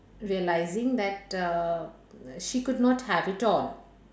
realising that uh she could not have it all